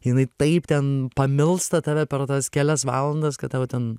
jinai taip ten pamilsta tave per tas kelias valandas kad tau ten